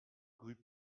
rue